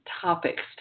topics